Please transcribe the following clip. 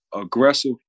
aggressive